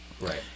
Right